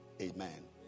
Amen